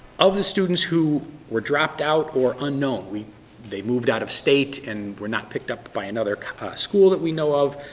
of the students who were dropped out or unknown, they moved out of state and were not picked up by another school that we know of,